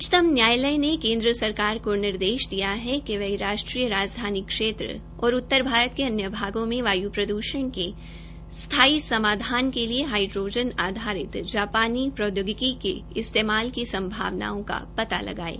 उच्चतम न्यायालय ने केन्द्र सरकार को निर्देश दिया है कि वह राष्ट्रीय राजधानी क्षेत्र और उत्तर भारत के अन्य भागों में वाय् प्रदूषण के स्थाई समाधान के लिए हाईड्रोजन आधारित जापानी प्रौदयोगिकी के उपयोग की संभावनाओं का पता लगाये